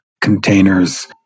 containers